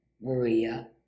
Maria